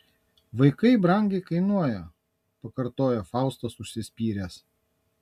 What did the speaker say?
vaikai brangiai kainuoja pakartoja faustas užsispyręs